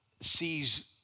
sees